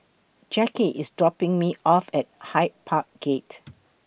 Jacky IS dropping Me off At Hyde Park Gate